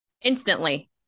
Instantly